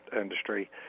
industry